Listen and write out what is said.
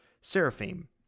seraphim